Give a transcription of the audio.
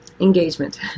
Engagement